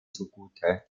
zugute